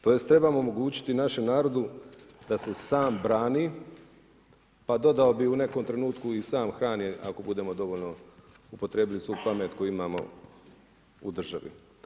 Tj. treba omogućiti našem narodu, da se sam brani, pa dodao bi u nekom trenutku i sam hrani, ako budemo dovoljno upotrijebili svu pamet koju imamo u državi.